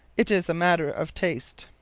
it is a matter of taste.